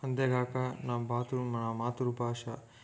అంతేకాక నా బాతు నా మాతృభాష